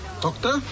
Doctor